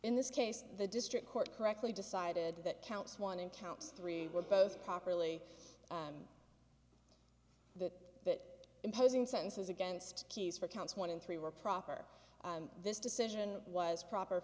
in this case the district court correctly decided that counts one count three were both properly that imposing sentences against keys for counts one in three were proper this decision was proper